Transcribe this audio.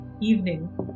evening